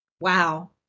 Wow